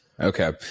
Okay